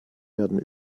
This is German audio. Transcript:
werden